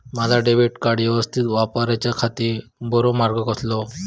माजा debit card यवस्तीत वापराच्याखाती बरो मार्ग कसलो?